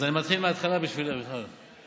אז אני מתחיל מהתחלה בשבילך, מיכל.